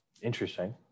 Interesting